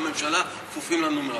נכון שהאוצר והממשלה כפופים לנומרטור,